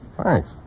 Thanks